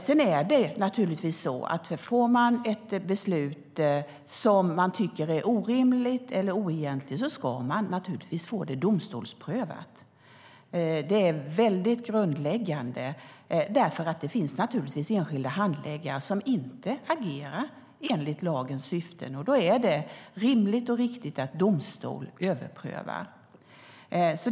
Men får man ett beslut som man tycker är orimligt eller oegentligt ska man naturligtvis få det domstolsprövat. Det är väldigt grundläggande, därför att det finns enskilda handläggare som inte agerar enligt lagens syften. Då är det rimligt och riktigt att domstol överprövar ärendet.